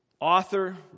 author